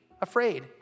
afraid